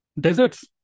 Deserts